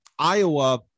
Iowa